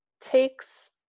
takes